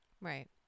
Right